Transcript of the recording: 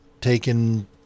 taken